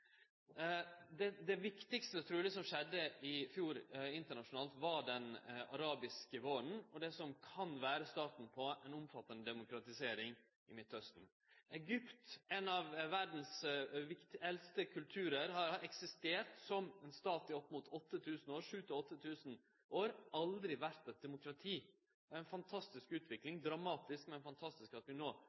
Det viktigaste som skjedde internasjonalt i fjor, var truleg den arabiske våren og det som kan vere starten på ei omfattande demokratisering i Midtausten. Egypt, ein av verdas eldste kulturar, har eksistert som ein stat i 7 000–8 000 år, men har aldri vore eit demokrati. Det er ei fantastisk utvikling – dramatisk, men fantastisk – at vi